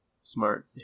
Smart